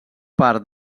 part